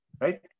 Right